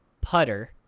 putter